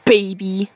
Baby